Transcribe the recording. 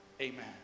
amen